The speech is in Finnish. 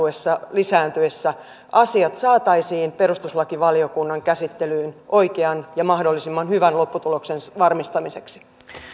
lisääntyessä asiat saataisiin perustuslakivaliokunnan käsittelyyn oikean ja mahdollisimman hyvän lopputuloksen varmistamiseksi